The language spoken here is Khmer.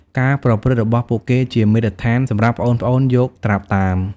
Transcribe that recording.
ការប្រព្រឹត្តរបស់ពួកគេជា មាត្រដ្ឋាន សម្រាប់ប្អូនៗយកត្រាប់តាម។